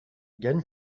gagne